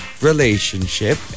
relationship